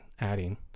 adding